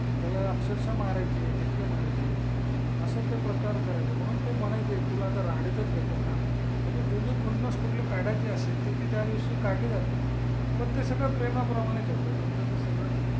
त्याला अक्षरश मारायचे फटके मारायचे असं ते प्रकार करायचे म्हणून ते म्हणायचे तुला आता राहाडीतच घेतो थांब म्हणजे जुनी खुन्नस कुठली काढायची असेल तर ती त्या दिवशी काढली जाते पण ते सगळं प्रेमाप्रमाणेच होतं नंतर ते सगळं